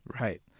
Right